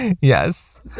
Yes